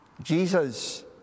Jesus